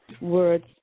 Words